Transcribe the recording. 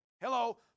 hello